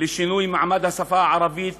לשינוי מעמד השפה הערבית